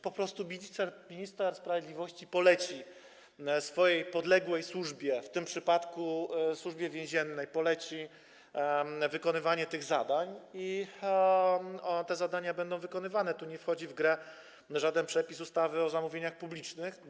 Po prostu minister sprawiedliwości poleci podległej służbie, w tym przypadku Służbie Więziennej, wykonywanie tych zadań i te zadania będą wykonywane, tu nie wchodzi w grę żaden przepis ustawy o zamówieniach publicznych.